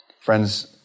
Friends